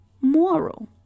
moral